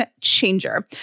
changer